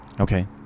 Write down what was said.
Okay